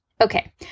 Okay